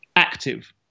active